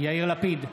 יאיר לפיד,